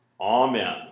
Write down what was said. Amen